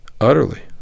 utterly